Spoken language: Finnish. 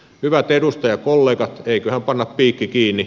hyvät edustajakollegat eiköhän panna piikki kiinni